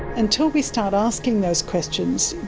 until we start asking those questions,